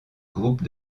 groupe